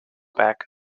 back